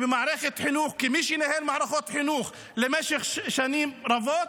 כמי שניהל מערכות חינוך במשך שנים רבות,